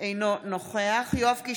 אינו נוכח יואב קיש,